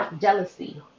jealousy